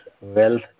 wealth